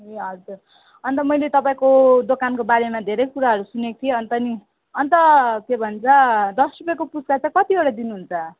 ए हजुर अनि त मैले तपाईँको दोकानको बारेमा धेरै कुराहरू सुनेको थिएँ अनि त नि अनि त के भन्छ दस रुपियाँको पुच्का चाहिँ कतिवटा दिनुहुन्छ